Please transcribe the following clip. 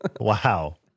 Wow